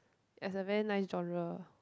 it's a very nice genre